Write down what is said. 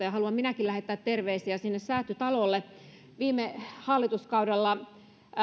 ja haluan minäkin lähettää terveisiä sinne säätytalolle viime hallituskaudella